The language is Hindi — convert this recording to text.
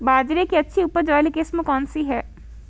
बाजरे की अच्छी उपज वाली किस्म कौनसी है?